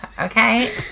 Okay